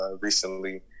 recently